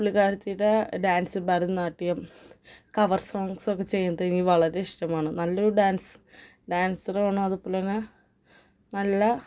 പുള്ളിക്കാരത്തിയുടെ dance Bharatanatyam cover സോങ്ങ്സൊക്കെ ചെയ്യുന്നത് എനിക്ക് വളരെ ഇഷ്ടമാണ് നല്ല ഒരു ഡാൻസ് ഡാൻസറുമാണ് അതുപോലെ തന്നെ നല്ല